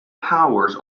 powers